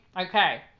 okay